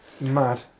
mad